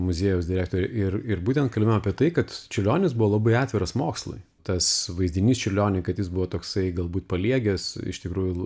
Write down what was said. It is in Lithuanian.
muziejaus direktore ir ir būtent kalbėjom apie tai kad čiurlionis buvo labai atviras mokslui tas vaizdinys čiurlioniui kad jis buvo toksai galbūt paliegęs iš tikrųjų